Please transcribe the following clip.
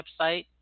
website